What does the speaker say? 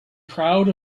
crowd